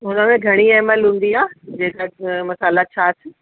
हुनमें घणी M L हूंदी आहे जेका मसाला छाछ